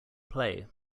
play